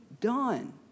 done